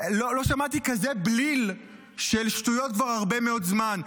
לא שמעתי כזה בליל של שטויות כבר הרבה מאוד זמן.